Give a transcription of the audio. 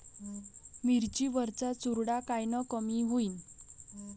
मिरची वरचा चुरडा कायनं कमी होईन?